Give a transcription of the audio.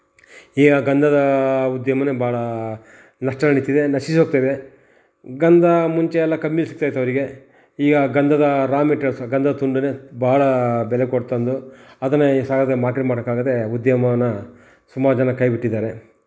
ಈಗ ಗಂಧದ ಉದ್ಯಮವೇ ಭಾಳ ನಷ್ಟ ನಡೀತಿದೆ ನಶಿಸಿ ಹೋಗ್ತಿದೆ ಗಂಧ ಮುಂಚೆ ಎಲ್ಲ ಕಮ್ಮಿಲಿ ಸಿಗ್ತಾಯಿತ್ತು ಅವರಿಗೆ ಈಗ ಗಂಧದ ರಾ ಮೆಟಿರಿಯಲ್ಸ್ ಗಂಧದ ತುಂಡನ್ನೇ ಬಹಳ ಬೆಲೆ ಕೊಟ್ಟು ತಂದು ಅದನ್ನೇ ಈ ಸಾಗರ್ದಲ್ಲಿ ಮಾರ್ಕೆಟ್ ಮಾಡೋಕ್ಕಾಗದೆ ಉದ್ಯಮವನ್ನು ಸುಮಾರು ಜನ ಕೈ ಬಿಟ್ಟಿದ್ದಾರೆ